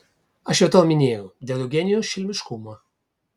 aš jau tau minėjau dėl eugenijaus šelmiškumo